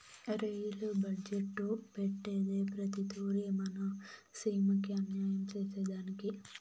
rail budget పెట్టేదే ప్రతి తూరి మన సీమకి అన్యాయం సేసెదానికి